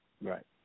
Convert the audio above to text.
Right